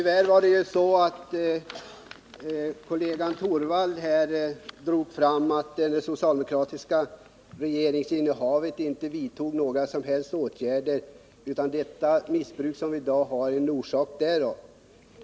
Herr talman! Kollegan Rune Torwald menade att man under den socialdemokratiska regeringstiden inte vidtog några som helst åtgärder på detta område och att det missbruk som vi i dag möter är en följd härav.